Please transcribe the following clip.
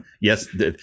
Yes